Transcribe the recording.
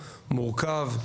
מורכב,